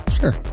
sure